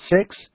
Six